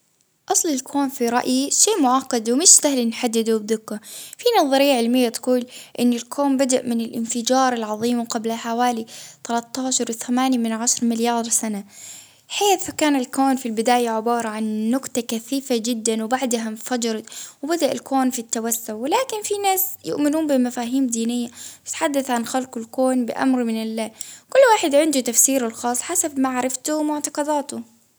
أصل الكون في رأيي شئ معقد ومش سهل نحدده بدقة، في نظرية علمية تقول أن القول بدأ من الإنفجار العظيم قبل حوالي ثلاثة وثمانية من عشر مليار سنة. فكان الكون في البداية عبارة عن نقطة كثيفة جدا وبعدها إنفجرت، وبدأ الكون في التوسع، ولكن في ناس يؤمنون بمفاهيم دينية، تحدث عن خلق الكون بأمر من الله، كل واحد عنده تفسيره الخاص حسب معرفته ومعتقداته.